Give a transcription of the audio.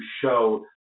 show